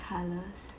colours